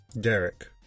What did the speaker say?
Derek